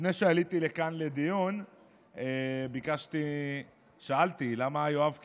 לפני שעליתי לכאן לדיון שאלתי למה יואב קיש,